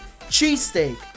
cheesesteak